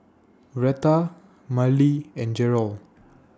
Retha Marlee and Gerold